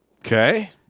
Okay